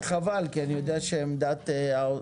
חבל, כי אני יודע את עמדת האוצר.